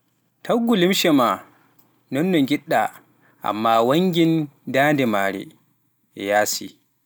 Taggu limse maa non no ngiɗɗaa ammaa wanngin daande maare e yaasi